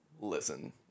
Listen